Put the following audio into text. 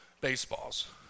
baseballs